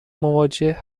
مواجه